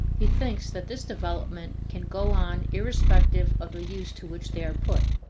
he thinks that this development can go on irrespective of the use to which they are put.